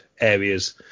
areas